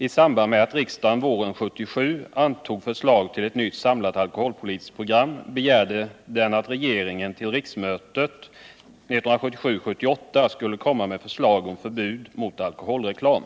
I samband med att förslag till ett nytt samlat alkoholpolitiskt program antogs våren 1977 anmodades regeringen att till riksmötet 1977/78 komma med förslag till förbud mot alkoholreklam.